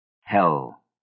Hell